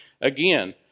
Again